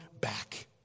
back